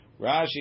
Rashi